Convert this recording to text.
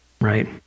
right